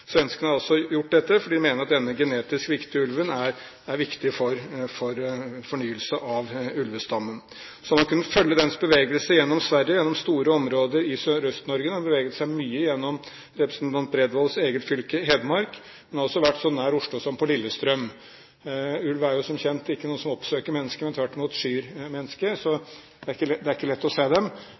Svenskene har gjort dette fordi de mener at denne genetisk viktige ulven er viktig for fornyelse av ulvestammen. Man har kunnet følge dens bevegelser gjennom Sverige, gjennom store områder i Sørøst-Norge, den har beveget seg mye gjennom representant Bredvolds eget fylke, Hedmark. Den har også vært så nær Oslo som på Lillestrøm. Ulv er jo som kjent ikke et dyr som oppsøker mennesker, men som tvert i mot skyr mennesker, så det er ikke lett å se